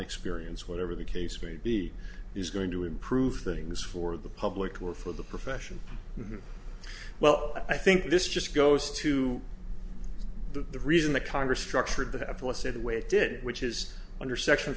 experience whatever the case may be is going to improve things for the public or for the profession well i think this just goes to the reason that congress structured the epilepsy the way it did which is under section